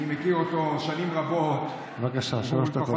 אני מכיר אותו שנים רבות, בבקשה, שלוש דקות.